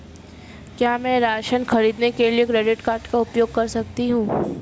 क्या मैं राशन खरीदने के लिए क्रेडिट कार्ड का उपयोग कर सकता हूँ?